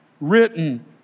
written